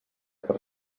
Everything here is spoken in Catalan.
per